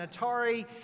Atari